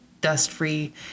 dust-free